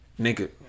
nigga